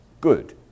good